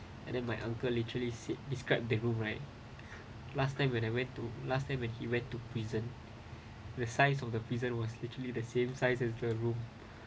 and then my uncle literally said describe the home right last time when I went to last time when he went to prison the size of the prison was literally the same size as the room